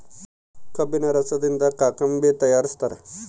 ಕಬ್ಬಿಣ ರಸದಿಂದ ಕಾಕಂಬಿ ತಯಾರಿಸ್ತಾರ